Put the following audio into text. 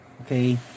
okay